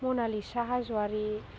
Manalisa Hajowary